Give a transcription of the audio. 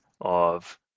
of-